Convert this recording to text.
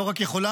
לא רק יכולה,